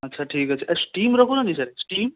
ଆଚ୍ଛା ଠିକ୍ ଅଛି ଆଉ ଷ୍ଟିମ୍ ରଖୁଛନ୍ତି ସାର୍ ଷ୍ଟିମ୍